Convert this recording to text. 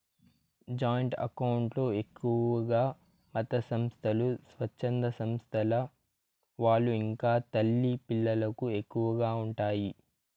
joint account లో ఎక్కువగా మతసంస్థలు, స్వచ్ఛంద సంస్థల వాళ్ళు ఇంకా తల్లి పిల్లలకు ఎక్కువగా ఉంటాయి